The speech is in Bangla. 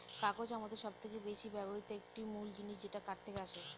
কাগজ আমাদের সবচেয়ে বেশি ব্যবহৃত একটি মূল জিনিস যেটা কাঠ থেকে আসে